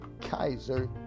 Kaiser